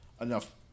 enough